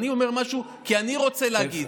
אני אומר משהו כי אני רוצה להגיד.